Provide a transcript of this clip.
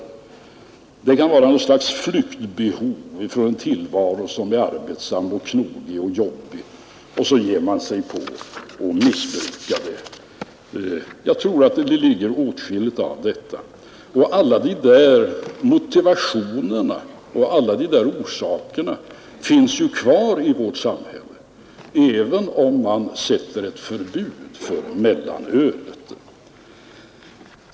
Det kan vara ett slags behov av att fly från en tillvaro som är arbetsam och knogig. Och så ger man sig på att berusa sig. Alla de där motivationerna och orsakerna finns ju kvar i vårt samhälle, även om det införs ett förbud för mellanölet.